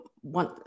one